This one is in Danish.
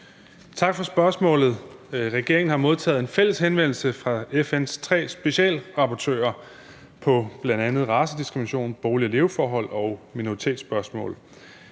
Tak for spørgsmålet. Regeringen har modtaget en fælles henvendelse fra FN's tre specialrapportører om bl.a. racediskrimination, bolig- og leveforhold og minoritetsspørgsmål.